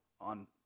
on